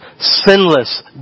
sinless